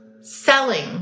selling